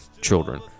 children